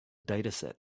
dataset